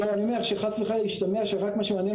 אני אומר שחס וחלילה ישתמע שמה שמעניין